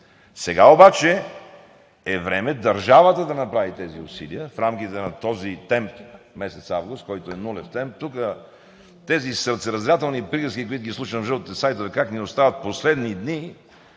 Сега обаче е време държавата да направи тези усилия в рамките на този темп – месец август, който е нулев темп. Тук тези сърцераздирателни приказки, които слушам от жълтите сайтове, как ни остават последни дни,